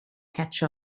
catch